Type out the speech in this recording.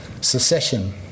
Secession